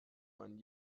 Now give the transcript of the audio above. man